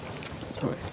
sorry